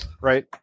Right